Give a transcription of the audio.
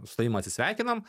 su tavim atsisveikinam